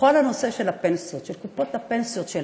בכל הנושא של הפנסיות, של קופות הפנסיה שלנו,